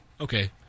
okay